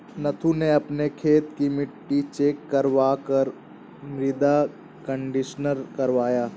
नथु ने अपने खेत की मिट्टी चेक करवा कर मृदा कंडीशनर करवाया